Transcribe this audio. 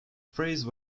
phrase